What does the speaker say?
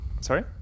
sorry